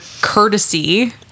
courtesy